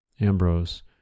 Ambrose